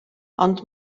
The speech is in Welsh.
ond